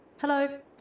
Hello